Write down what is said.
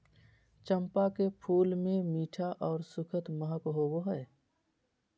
चंपा के फूल मे मीठा आर सुखद महक होवो हय